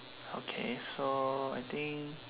okay so I think